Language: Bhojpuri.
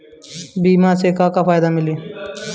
बीमा से का का फायदा मिली?